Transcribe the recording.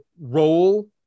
role